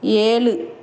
ஏழு